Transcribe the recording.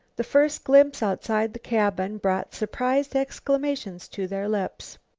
the first glimpse outside the cabin brought surprised exclamations to their lips.